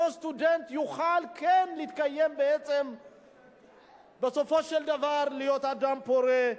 אותו סטודנט כן יוכל להתקיים ובסופו של דבר להיות אדם פורה,